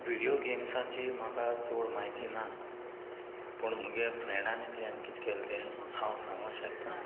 video गेम्साची म्हाका चड म्हायती ना पूण म्हुगे फ्रेंडान एकल्यान कित केल तें हांव सांगूं शेकता